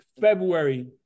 February